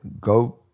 go